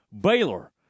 Baylor